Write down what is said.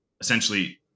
essentially